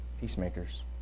peacemakers